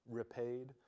repaid